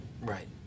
Right